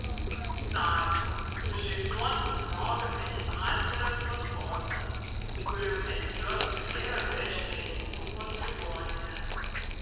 tuo tarpu sužeistuosius krovėme į atviras platformas kuriomis juos turėjo vežti į ufos ligoninę